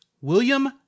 William